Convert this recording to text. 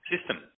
system